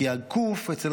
כי הקו"ף,